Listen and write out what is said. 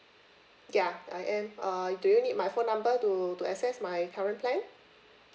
ya I am uh do you need my phone number to to access my current plan